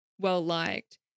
well-liked